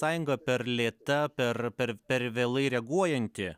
sąjunga per lėta per per per vėlai reaguojanti